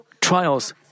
trials